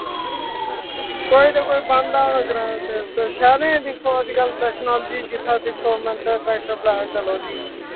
कोई तो कोई बांह्दा ऐ ग्रएं च शैह्रैं च अज कल जित्थैं दिक्खो मैन्टै ट्रैक्टर लैओ ते चलो जी